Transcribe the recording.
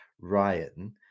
Ryan